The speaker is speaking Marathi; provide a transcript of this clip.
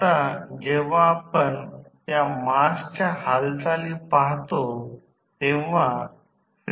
फक्त असेच पुढे हलविल्यास फ्यूज उडेल कारण हे विद्युत प्रवाह वापरेल